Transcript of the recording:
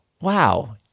Wow